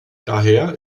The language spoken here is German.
daher